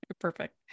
perfect